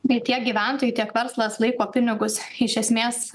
bei tiek gyventojai tiek verslas laiko pinigus iš esmės